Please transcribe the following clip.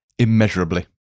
Immeasurably